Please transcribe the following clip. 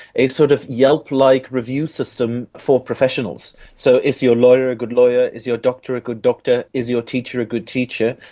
a sort of yelp-like review system for professionals. so is your lawyer a good lawyer, is your doctor good doctor, is your teacher a good teacher?